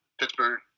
Pittsburgh